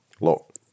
look